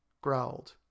growled